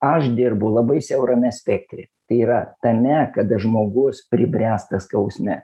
aš dirbu labai siaurame spektre tai yra tame kada žmogus pribręsta skausme